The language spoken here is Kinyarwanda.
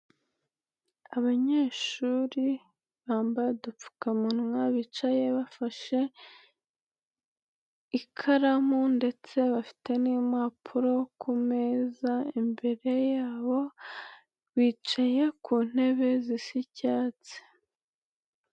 Abanyeshuri bambaye udupfukamunwa bicaye bafashe ikaramu ndetse bafite n'iimpapuro kumeza imbere yabo, bicaye ku ntebe zisa icyatsi.